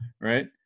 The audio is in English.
right